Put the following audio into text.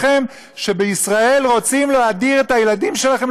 לכם שבישראל רוצים להדיר את הילדים שלכם,